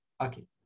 okay